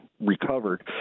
recovered